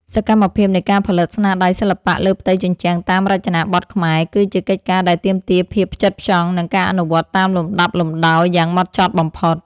សកម្មភាពនៃការផលិតស្នាដៃសិល្បៈលើផ្ទៃជញ្ជាំងតាមរចនាបថខ្មែរ គឺជាកិច្ចការដែលទាមទារភាពផ្ចិតផ្ចង់ និងការអនុវត្តតាមលំដាប់លំដោយយ៉ាងហ្មត់ចត់បំផុត។